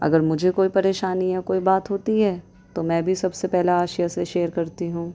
اگر مجھے کوئی پریشانی یا بات ہوتی ہے تو میں بھی سب سے پہلے آسیہ سے شیئر کرتی ہوں